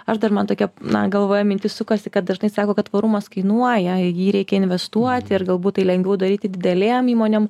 aš dar man tokia na galvoje mintis sukasi kad dažnai sako kad tvarumas kainuoja ir jį reikia investuoti ir galbūt tai lengviau daryti didelėm įmonėm